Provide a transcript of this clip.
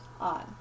on